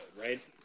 right